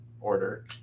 order